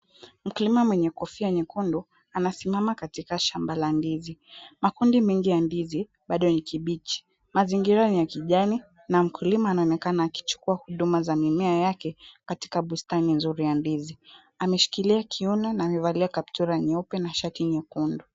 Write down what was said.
Mkulima mwenye kofia nyekundu anasimama katika shamba la ndizi. Makundi mengi ya ndizi bado ni kibichi. Mazingira ni ya kijani, na mkulima anaonekana akichukua huduma za mimea yake katika bustani nzuri ya ndizi. Ameshikilia kiuno na amevalia kaptura nyeupe na shati nyekundu.